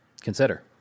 consider